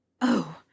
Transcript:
Oh